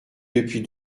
depuis